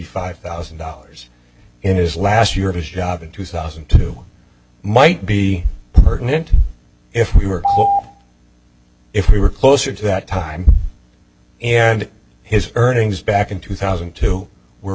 five thousand dollars in his last year of his job in two thousand and two might be pertinent if we were if we were closer to that time and his earnings back in two thousand and two were